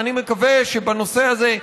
ואני מקווה שבנושא הזה,